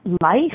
Life